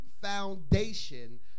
foundation